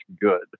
good